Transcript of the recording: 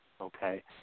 okay